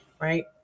right